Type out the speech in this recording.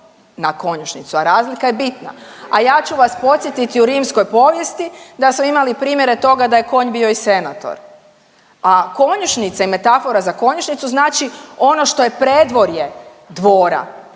na konjušnicu, a razlika je bitna. A ja ću vas podsjetiti u rimskoj povijesti da smo imali primjere toga da je konj bio i senator. A konjušnica i metafora za konjušnicu znači ono što je predvorje dvora